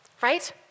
right